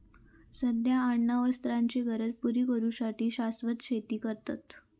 सध्या अन्न वस्त्राचे गरज पुरी करू साठी शाश्वत शेती करतत